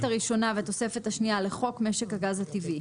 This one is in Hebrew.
הראשונה והתוספת השנייה לחוק משק הגז הטבעי,